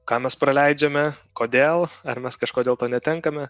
ką mes praleidžiame kodėl ar mes kažko dėl to netenkame